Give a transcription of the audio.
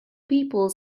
people